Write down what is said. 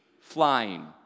flying